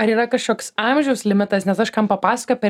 ar yra kažkoks amžiaus limitas nes aš kam papasakojau per